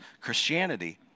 Christianity